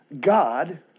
God